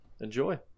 Enjoy